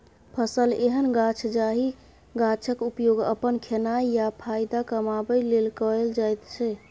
फसल एहन गाछ जाहि गाछक उपयोग अपन खेनाइ या फाएदा कमाबै लेल कएल जाइत छै